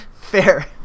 Fair